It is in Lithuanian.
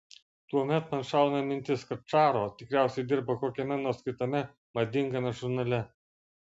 tuomet man šauna mintis kad čaro tikriausiai dirba kokiame nors kitame madingame žurnale